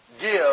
give